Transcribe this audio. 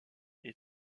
est